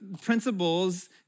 principles